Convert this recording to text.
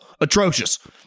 atrocious